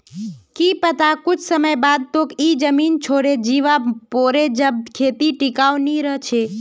की पता कुछ समय बाद तोक ई जमीन छोडे जीवा पोरे तब खेती टिकाऊ नी रह छे